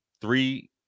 three